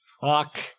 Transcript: fuck